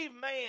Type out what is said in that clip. man